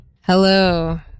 Hello